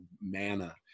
manna